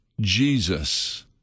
Jesus